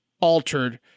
altered